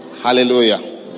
Hallelujah